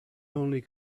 only